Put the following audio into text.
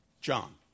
John